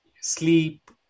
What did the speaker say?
sleep